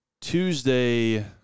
Tuesday